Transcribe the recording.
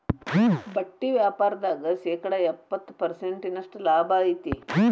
ಬಟ್ಟಿ ವ್ಯಾಪಾರ್ದಾಗ ಶೇಕಡ ಎಪ್ಪ್ತತ ಪರ್ಸೆಂಟಿನಷ್ಟ ಲಾಭಾ ಐತಿ